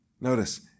Notice